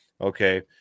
okay